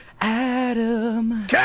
Adam